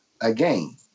again